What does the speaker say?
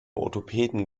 orthopäden